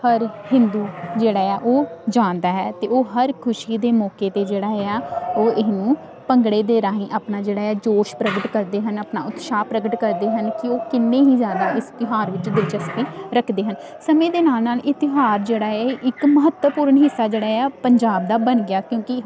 ਹਰ ਹਿੰਦੂ ਜਿਹੜਾ ਆ ਉਹ ਜਾਣਦਾ ਹੈ ਅਤੇ ਉਹ ਹਰ ਖੁਸ਼ੀ ਦੇ ਮੌਕੇ 'ਤੇ ਜਿਹੜਾ ਆ ਉਹ ਇਹਨੂੰ ਭੰਗੜੇ ਦੇ ਰਾਹੀਂ ਆਪਣਾ ਜਿਹੜਾ ਆ ਜੋਸ਼ ਪ੍ਰਗਟ ਕਰਦੇ ਹਨ ਆਪਣਾ ਉਤਸ਼ਾਹ ਪ੍ਰਗਟ ਕਰਦੇ ਹਨ ਕਿ ਉਹ ਕਿੰਨੇ ਹੀ ਜ਼ਿਆਦਾ ਇਸ ਤਿਉਹਾਰ ਵਿੱਚ ਦਿਲਚਸਪੀ ਰੱਖਦੇ ਹਨ ਸਮੇਂ ਦੇ ਨਾਲ ਨਾਲ ਇਹ ਤਿਉਹਾਰ ਜਿਹੜਾ ਏ ਇੱਕ ਮਹੱਤਵਪੂਰਨ ਹਿੱਸਾ ਜਿਹੜਾ ਹੈ ਪੰਜਾਬ ਦਾ ਬਣ ਗਿਆ ਕਿਉਂਕਿ